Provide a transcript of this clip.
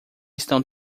estão